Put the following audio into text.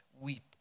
weep